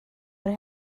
rhoi